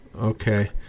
Okay